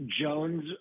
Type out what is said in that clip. Jones